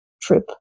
trip